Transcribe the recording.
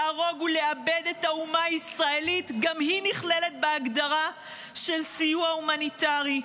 להרוג ולאבד את האומה הישראלית גם היא נכללת בהגדרה של סיוע הומניטרי?